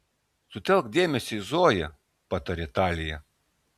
sutelk dėmesį į zoją patarė talija